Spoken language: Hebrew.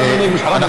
דרך אגב.